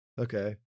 Okay